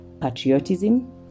patriotism